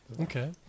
Okay